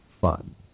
fun